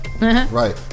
Right